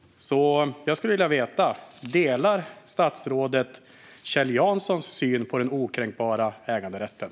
Jag skulle vilja veta om statsrådet delar Kjell Janssons syn på den okränkbara äganderätten.